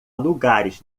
lugares